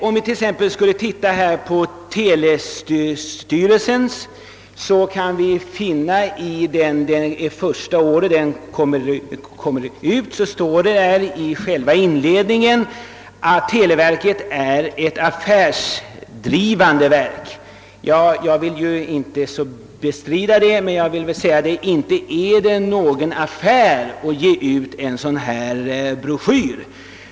Om vi t.ex. skulle titta på telestyrelsens broschyr — det är första året den kommer ut — så står det i i själva inledningen att televerket är ett affärsdrivande verk, och det vill jag inte bestrida. Men inte är det någon affär att ge ut en broschyr som denna.